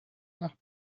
nach